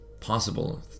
possible